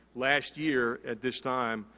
last year at this time,